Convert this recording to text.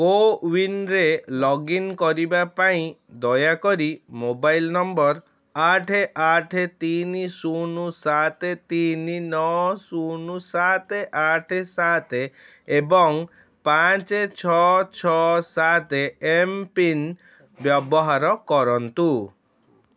କୋୱିନ୍ରେ log in କରିବା ପାଇଁ ଦୟାକରି ମୋବାଇଲ ନମ୍ବର ଆଠ ଆଠ ତିନି ଶୂନ ସାତ ତିନି ନଅ ଶୂନ ସାତ ଆଠ ସାତ ଏବଂ ପାଞ୍ଚ ଛଅ ଛଅ ସାତ ଏମ୍ ପିନ୍ ବ୍ୟବହାର କରନ୍ତୁ